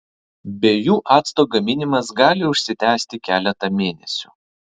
be jų acto gaminimas gali užsitęsti keletą mėnesių